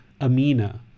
Amina